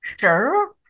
Sure